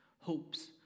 hopes